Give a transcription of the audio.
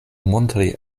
montri